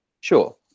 Sure